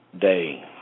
day